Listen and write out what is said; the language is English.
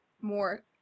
more